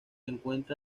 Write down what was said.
encuentra